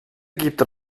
gibt